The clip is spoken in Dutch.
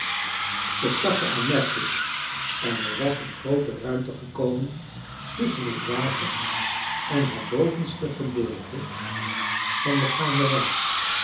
het zakte aanmerkelijk en er was een groote ruimte gekomen tusschen het water en het bovenste gedeelte van de gaanderij